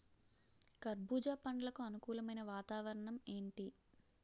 కర్బుజ పండ్లకు అనుకూలమైన వాతావరణం ఏంటి?